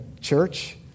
church